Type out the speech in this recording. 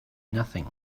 nothing